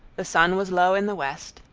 the sun was low in the west,